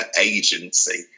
agency